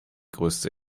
größte